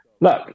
look